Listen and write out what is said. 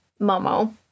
Momo